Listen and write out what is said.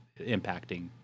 impacting